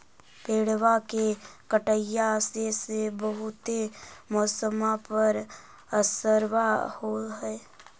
पेड़बा के कटईया से से बहुते मौसमा पर असरबा हो है?